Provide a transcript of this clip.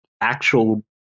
actual